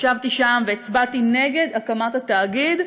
ישבתי שם והצבעתי נגד הקמת התאגיד,